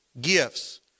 Gifts